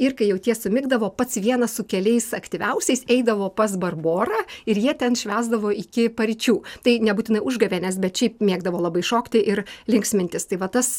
ir kai jau tie sumigdavo pats vienas su keliais aktyviausiais eidavo pas barborą ir jie ten švęsdavo iki paryčių tai nebūtinai užgavėnes bet šiaip mėgdavo labai šokti ir linksmintis tai va tas